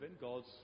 God's